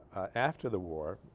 after the war